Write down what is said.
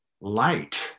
light